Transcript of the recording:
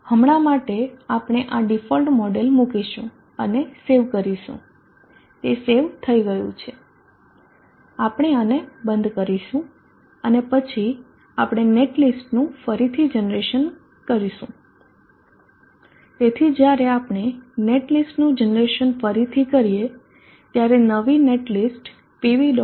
હમણાં માટે આપણે આ ડિફોલ્ટ મોડેલ મૂકીશું અને સેવ કરીશું તે સેવ થઇ ગયું છે આપણે આને બંધ કરીશું અને પછી આપણે નેટલિસ્ટનું ફરીથી જનરેશન કરશું તેથી જ્યારે આપણે નેટલિસ્ટનું જનરેશન ફરી કરીએ ત્યારે નવી નેટલિસ્ટ pv